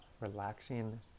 relaxing